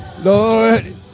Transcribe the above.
Lord